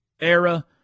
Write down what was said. era